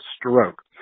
stroke